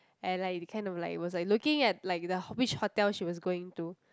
and like kind of like was like looking at like the which hotel she was going to